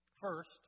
First